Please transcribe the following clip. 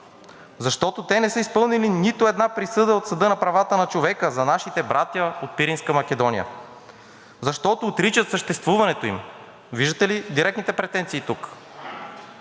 защото те не са изпълнили нито една присъда от Съда за правата на човека за нашите братя от Пиринска Македония, защото отричат съществуването им.“ Виждате ли директните претенции тук?